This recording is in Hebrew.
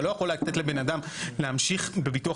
אתה לא יכול לתת לבן אדם להמשיך בביטוח